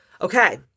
Okay